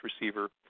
receiver